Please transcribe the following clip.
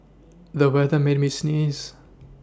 the weather made me sneeze